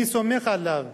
אני סומך עליו